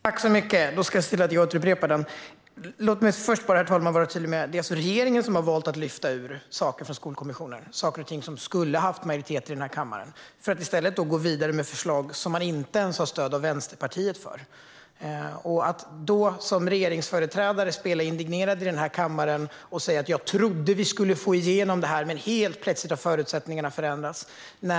Herr talman! Då ska jag se till att upprepa den. Låt mig först bara vara tydlig med att det är regeringen som har valt att lyfta ut saker från Skolkommissionen - saker och ting som skulle ha haft majoritet i den här kammaren. I stället har man gått vidare med förslag som man inte ens har stöd av Vänsterpartiet för. Nu spelar man som regeringsföreträdare indignerad i den här kammaren och säger: Jag trodde att vi skulle få igenom det här, men helt plötsligt har förutsättningarna förändrats!